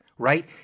right